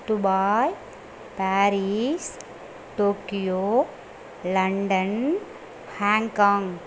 Dubai Paris Tokyo London Hong Kong